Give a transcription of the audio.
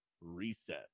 reset